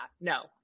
no